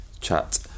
chat